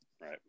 Right